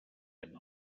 einen